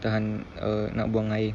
tahan uh nak buang air